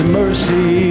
mercy